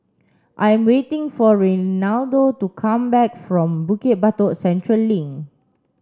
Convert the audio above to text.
I'm waiting for Reynaldo to come back from Bukit Batok Central Link